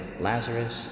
lazarus